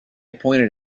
pointed